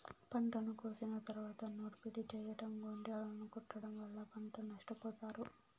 పంటను కోసిన తరువాత నూర్పిడి చెయ్యటం, గొంజలను కొట్టడం వల్ల పంట నష్టపోతారు